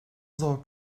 zor